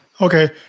Okay